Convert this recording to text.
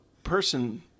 person